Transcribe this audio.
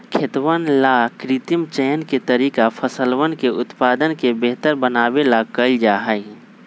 खेतवन ला कृत्रिम चयन के तरीका फसलवन के उत्पादन के बेहतर बनावे ला कइल जाहई